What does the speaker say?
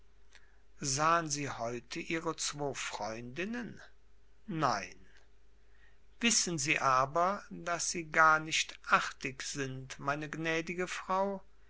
sahen sie heute ihre zwo freundinnen nein wissen sie aber daß sie gar nicht artig sind meine gnädige frau